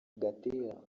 gatera